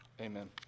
Amen